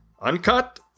uncut